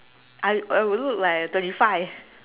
I I would look like thirty five